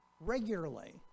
regularly